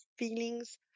feelings